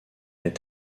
est